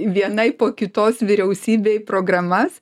vienai po kitos vyriausybei programas